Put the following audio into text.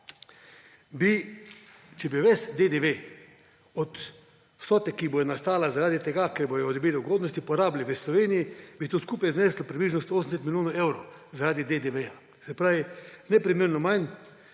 če bi ves DDV od vsote, ki bo nastala zaradi tega, ker bodo dobili ugodnosti, porabili v Sloveniji, bi to skupaj zneslo približno 180 milijonov evrov, zaradi DDV. Se pravi, neprimerno manj